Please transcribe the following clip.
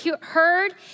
heard